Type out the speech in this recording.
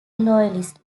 loyalist